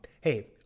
Hey